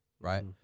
Right